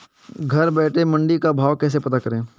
घर बैठे मंडी का भाव कैसे पता करें?